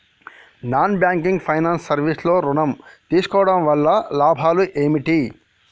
Non banking finance service లో ఋణం తీసుకోవడం వల్ల లాభాలు ఏమిటి?